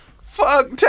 Fuck